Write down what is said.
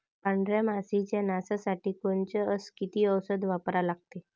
पांढऱ्या माशी च्या नाशा साठी कोनचं अस किती औषध वापरा लागते?